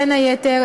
בין היתר,